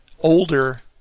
older